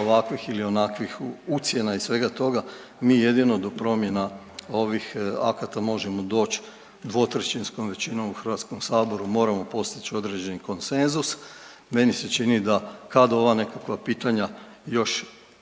ovakvih ili onakvih ucjena i svega toga. Mi jedino do promjena ovih akata možemo doći dvotrećinskom većinom u Hrvatskom saboru, moramo postići određeni konsenzus. Meni se čini da kad ova nekakva pitanja još